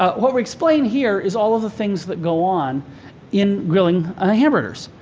ah what we explain here is all of the things that go on in grilling hamburgers.